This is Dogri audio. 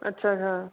अच्छा अच्छा